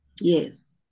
Yes